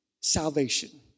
salvation